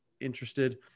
interested